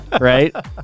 right